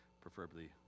preferably